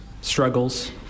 struggles